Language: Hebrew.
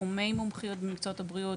תחומי מומחיות במקצועות הבריאות,